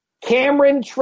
Cameron